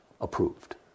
approved